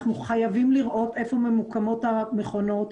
אנחנו חייבים לראות היכן ממוקמות המכונות,